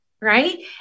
right